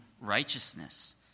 righteousness